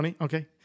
Okay